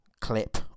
clip